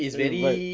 that vibe